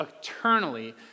eternally